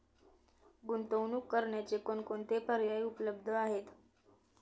गुंतवणूक करण्याचे कोणकोणते पर्याय उपलब्ध आहेत?